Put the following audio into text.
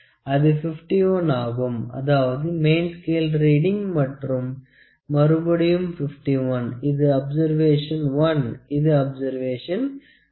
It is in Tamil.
அது 51 ஆகும் அதாவது மெயின் ஸ்கேல் ரீடிங் மறுபடியும் 51 இது அப்சர்வேஷன் 1 இது அப்சர்வேஷன் 2